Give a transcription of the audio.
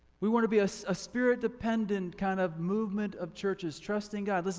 we wanna be a so ah spirit dependent kind of movement of churches trusting god. listen,